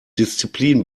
disziplin